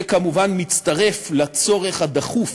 זה כמובן מצטרף לצורך הדחוף,